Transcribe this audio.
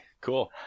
cool